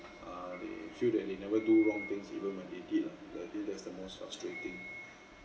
err they feel that they never do wrong things even when they did lah I think that's the most frustrating